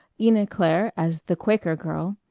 ina claire as the quaker girl,